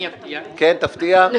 אני אפתיע,